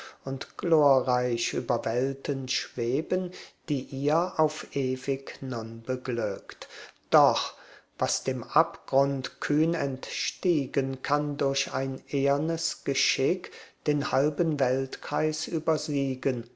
glorreich über welten schweben die ihr auf ewig nun beglückt doch was dem abgrund kühn entstiegen kann durch ein ehernes geschick den halben weltkreis übersiegen